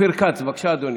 אופיר כץ, בבקשה, אדוני,